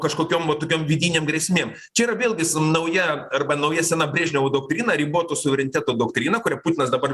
kažkokiom va tokiom vidinėm grėsmėm čia yra vėlgi nauja arba nauja sena brežnevo doktrina riboto suvereniteto doktrina kurią putinas dabar